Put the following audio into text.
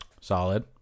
Solid